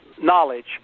knowledge